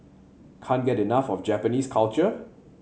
can't get enough of Japanese culture